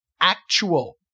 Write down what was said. actual